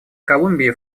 колумбии